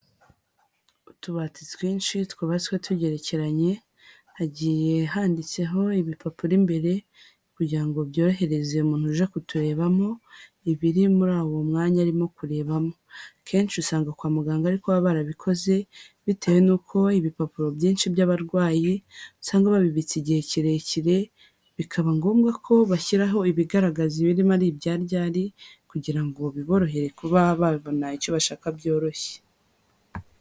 Utubati twinshi twubatswe tugerekeranye, hagiye handitseho ibipapuro imbere, kugira ngo byorohereze umuntu uje kuturebamo, ibiri muri uwo mwanya arimo kurebamo. Kenshi usanga kwa muganga ariko baba barabikoze, bitewe nuko ibipapuro byinshi by'abarwayi, usanga babibitse igihe kirekire, bikaba ngombwa ko bashyiraho ibigaragaza ibirimo ari ibya ryari, kugira ngo biborohere kuba babona icyo bashaka byoroshye.